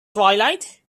twilight